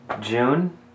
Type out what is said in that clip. June